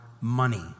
money